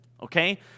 Okay